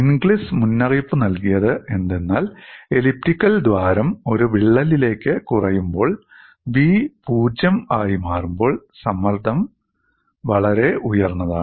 Inglis മുന്നറിയിപ്പ് നൽകിയത് എന്തെന്നാൽ എലിപ്റ്റിക്കൽ ദ്വാരം ഒരു വിള്ളലിലേക്ക് കുറയുമ്പോൾ 'b' 0 ആയി മാറുമ്പോൾ സമ്മർദ്ദങ്ങൾ വളരെ ഉയർന്നതാണ്